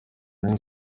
rayon